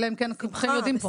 אלא אם כן כולכם יודעים פה.